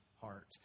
heart